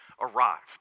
arrived